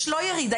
אין ירידה,